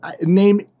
name